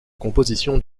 composition